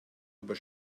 über